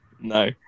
No